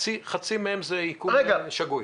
חצי מהם זה איכון שגוי.